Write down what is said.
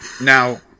Now